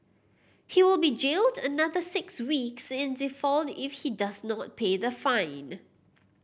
he will be jailed another six weeks in default if he does not pay the fine